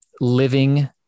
living